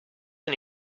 and